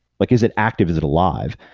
like is it active? is it alive?